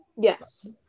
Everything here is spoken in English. Yes